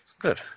Good